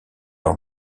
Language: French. leur